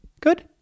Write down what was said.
Good